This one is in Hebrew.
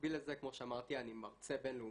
במקביל לזה, כמו שאמרתי, אני מרצה בינלאומי.